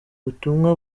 butumwa